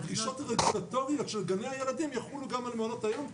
הדרישות הרגולטוריות של גני הילדים יחולו גם על מעונות היום.